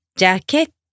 jacket